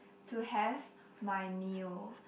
to have my meal